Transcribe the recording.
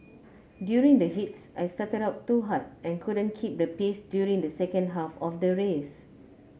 during the heats I started out too hard and couldn't keep the pace during the second half of the race